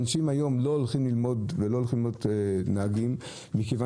אנשים היום לא הולכים ללמוד להיות נהגים מכיוון